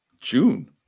June